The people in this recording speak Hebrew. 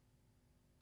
חופשי-חופשי.